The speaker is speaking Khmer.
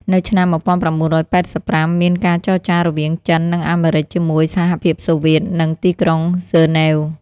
នៅឆ្នាំ១៩៨៥ មានការចរចារវាង ចិន និងអាមេរិច ជាមួយ សហភាពសូវៀត នៅទីក្រុងហ្សឺណែវ ។